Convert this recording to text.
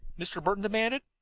mr. burton demanded.